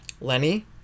Lenny